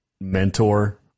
mentor